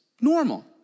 Normal